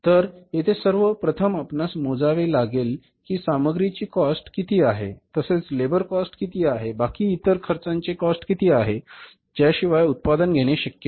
तर येथे सर्व प्रथम आपणास मोजावे लागेल कि सामग्री ची कॉस्ट किती आहे तसेच लेबर कॉस्ट किती आहे आणि बाकी इतर खर्च्यांची कॉस्ट किती आहे ज्या शिवाय उत्पादन घेणे शक्य नाही